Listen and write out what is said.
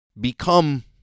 become